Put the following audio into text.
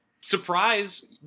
Surprise